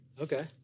Okay